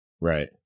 Right